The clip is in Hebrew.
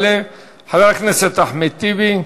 יעלה חבר הכנסת אחמד טיבי,